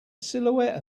silhouette